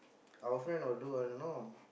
our friend will do a no